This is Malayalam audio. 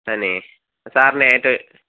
തന്നേ സാറിന് ഏറ്റവും